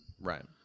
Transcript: Right